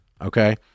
okay